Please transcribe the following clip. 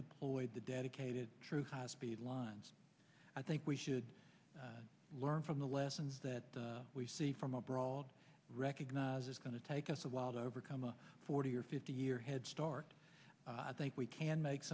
deployed the dedicated true high speed lines i think we should learn from the lessons that we see from abroad recognize it's going to take us a while to overcome a forty or fifty year head start i think we can make